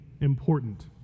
important